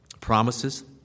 Promises